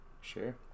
sure